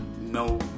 No